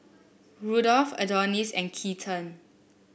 Rudolf Adonis and Keaton